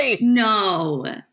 No